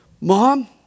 Mom